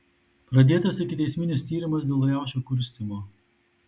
pradėtas ikiteisminis tyrimas dėl riaušių kurstymo